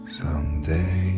someday